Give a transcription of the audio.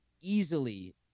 easily